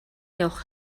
явах